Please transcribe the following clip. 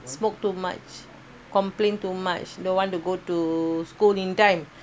smoke too much complain too much don't want to go to school in time